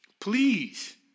Please